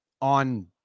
on